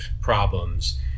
problems